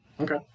Okay